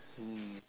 mm